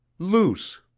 luce.